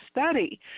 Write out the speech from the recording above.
study